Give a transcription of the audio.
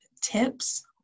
tips